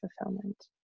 fulfillment